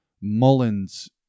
Mullins